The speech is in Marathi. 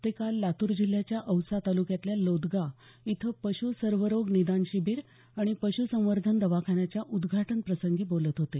ते काल लातूर जिल्ह्याच्या औसा तालुक्यातल्या लोदगा इथं पश् सर्वरोग निदान शिबिर आणि पश्रसंवर्धन दवाखान्याच्या उद्घाटन प्रसंगी बोलत होते